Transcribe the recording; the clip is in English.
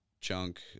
chunk